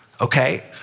Okay